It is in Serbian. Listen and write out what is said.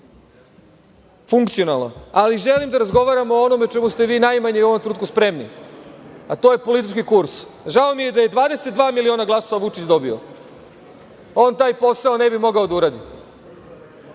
funkcionalno, ali želim da razgovaram o onome o čemu ste vi u ovom trenutku najmanje spremni, a to je politički kurs. Žao mi je, da je 22 miliona glasova Vučić dobio, on taj posao ne bi mogao da uradi.